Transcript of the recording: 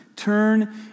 Turn